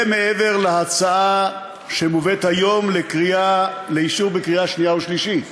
מעבר להצעה שמובאת היום לאישור בקריאה שנייה ושלישית.